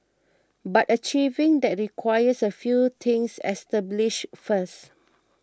but achieving that requires a few things established first